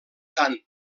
tant